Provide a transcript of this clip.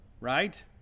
right